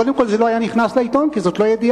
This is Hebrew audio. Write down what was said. קודם כול זה לא היה נכנס לעיתון כי זו לא ידיעה,